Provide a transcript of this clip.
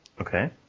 Okay